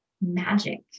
magic